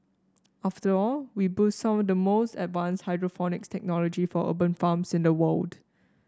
after all we boast some of the most advanced hydroponics technology for urban farms in the world